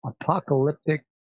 apocalyptic